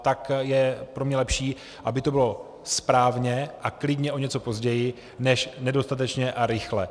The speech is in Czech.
Tak je pro mě lepší, aby to bylo správně a klidně o něco později než nedostatečně a rychle.